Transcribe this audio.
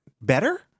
better